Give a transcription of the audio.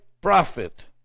prophet